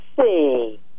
see